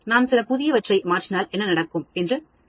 நான் சில புதியவற்றை மாற்றினால்என்ன நடக்கும் என்று நிபந்தனைகள்